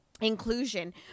inclusion